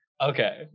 Okay